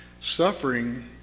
Suffering